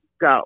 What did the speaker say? go